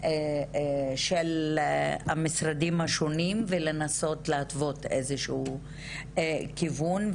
של המשרדים השונים ולנסות להתוות איזשהו כיוון.